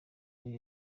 muri